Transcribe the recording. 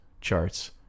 charts